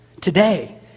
Today